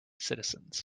citizens